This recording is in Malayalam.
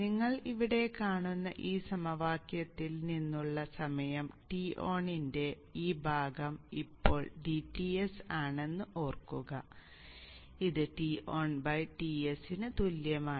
നിങ്ങൾ ഇവിടെ കാണുന്ന ഈ സമവാക്യത്തിൽ നിന്നുള്ള സമയം Ton ന്റെ ഈ ഭാഗം ഇപ്പോൾ dTs ആണെന്ന് ഓർക്കുക ഇത് TonTs ന് തുല്യമാണ്